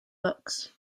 books